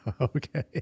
Okay